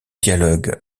dialecte